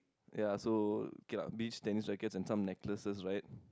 ya so okay lah beach tennis rackets and some necklaces right